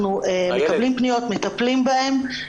אנחנו מקבלים פניות ומטפלים בהן.